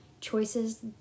choices